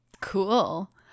Cool